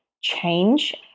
change